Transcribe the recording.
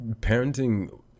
parenting